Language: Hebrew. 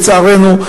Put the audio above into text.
לצערנו,